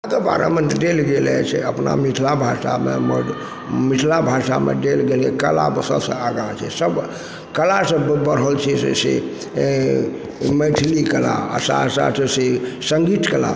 देल गेल अछि अपना मिथिला भाषामे मिथिला भाषामे देल गेल अछि कलामे सबसँ आगा छै सब कला सभमे बढ़ल छै जे छै से ई मैथिली आओर कला साथ साथ से सङ्गीत कला